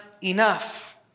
enough